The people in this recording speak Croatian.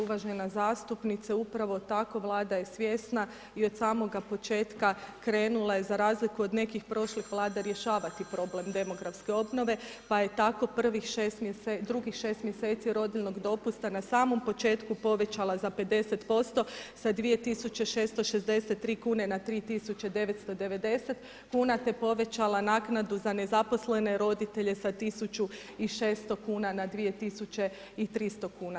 Uvažena zastupnice, upravo tako Vlada je svjesna i od samoga početka krenula je za razliku od nekih prošlih Vlada rješavati problem demografske obnove, pa je tako drugih 6 mjeseci rodiljnog dopusta na samom početku povećala za 50% sa 2663 kune, na 3990 kuna te povećala naknadu za nezaposlene roditelje sa 1600 kuna na 2300 kuna.